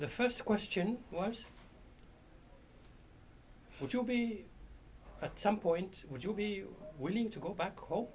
the first question was would you be at some point would you be willing to go back home